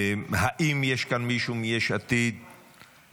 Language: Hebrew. האם יש כאן מישהו מיש עתיד שרוצה?